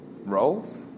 roles